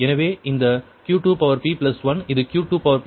எனவே இந்த Q2p1 இது Q2p1